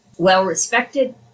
well-respected